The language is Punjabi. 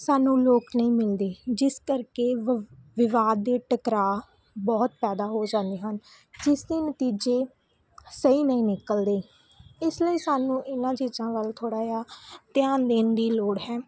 ਸਾਨੂੰ ਲੋਕ ਨਹੀਂ ਮਿਲਦੇ ਜਿਸ ਕਰਕੇ ਵ ਵਿਵਾਦ ਦੇ ਟਕਰਾਅ ਬਹੁਤ ਪੈਦਾ ਹੋ ਜਾਂਦੇ ਹਨ ਜਿਸ ਦੇ ਨਤੀਜੇ ਸਹੀ ਨਹੀਂ ਨਿਕਲਦੇ ਇਸ ਲਈ ਸਾਨੂੰ ਇਹਨਾਂ ਚੀਜ਼ਾਂ ਵੱਲ ਥੋੜ੍ਹਾ ਜਿਹਾ ਧਿਆਨ ਦੇਣ ਦੀ ਲੋੜ ਹੈ